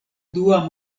dua